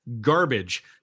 garbage